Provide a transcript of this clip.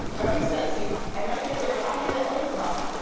very sexy, and i think that if i have an a cup,